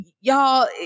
y'all